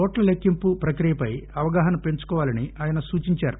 ఓట్ల లెక్కింపు ప్రక్రియపై అవగాహన పెంచుకోవాలని ఆయన సూచించారు